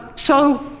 so,